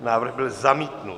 Návrh byl zamítnut.